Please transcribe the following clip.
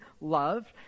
loved